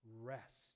rest